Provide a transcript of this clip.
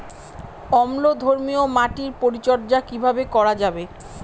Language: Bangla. অম্লধর্মীয় মাটির পরিচর্যা কিভাবে করা যাবে?